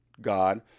God